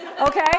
Okay